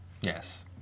Yes